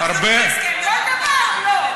אתה השר, מה עשית בשביל זה?